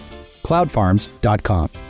CloudFarms.com